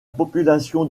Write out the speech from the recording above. population